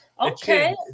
Okay